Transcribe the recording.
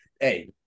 Hey